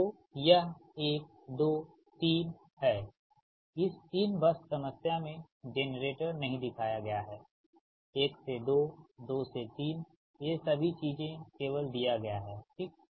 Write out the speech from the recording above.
तो यह 1 2 3 है इस 3 बस समस्या में जेनरेटर नहीं दिखाया गया हैं 1 से 22 से 3 ये सभी चीजें केवल दिया गया है ठीक है